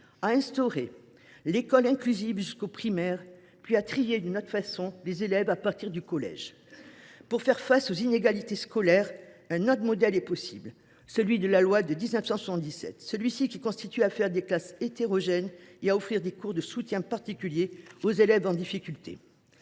à instaurer l’école inclusive jusqu’au primaire, puis à trier d’une autre façon les élèves à partir du collège ? Pour faire face aux inégalités scolaires, un autre modèle est possible : celui de la loi de 1977, qui consiste à faire des classes hétérogènes et à offrir des cours de soutien particulier aux élèves en difficulté.